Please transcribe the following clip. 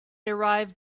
arrived